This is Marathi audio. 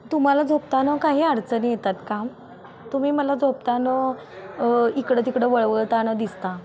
तुम्हाला झोपताना काही अडचणी येतात का तुम्ही मला झोपताना इकडं तिकडं वळताना दिसता